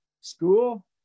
school